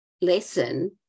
lesson